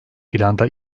planda